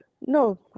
no